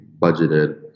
budgeted